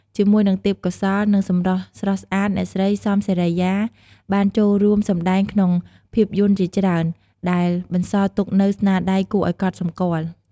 ជាមួយនឹងទេពកោសល្យ និងសម្រស់ស្រស់ស្អាត អ្នកស្រី សំ សេរីយ៉ា បានចូលរួមសម្តែងក្នុងភាពយន្តជាច្រើន ដែលបន្សល់ទុកនូវស្នាដៃគួរឲ្យកត់សម្គាល់។